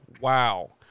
Wow